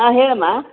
ಹಾಂ ಹೇಳಮ್ಮ